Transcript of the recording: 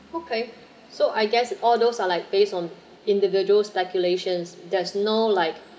okay so I guess all those are like based on individual's speculations there's no like